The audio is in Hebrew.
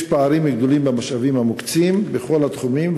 יש פערים גדולים במשאבים המוקצים בכל התחומים,